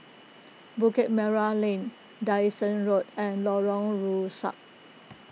Bukit Merah Lane Dyson Road and Lorong Rusuk